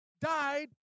died